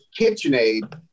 KitchenAid